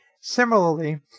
Similarly